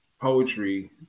poetry